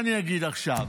מה אני אגיד עכשיו,